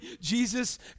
Jesus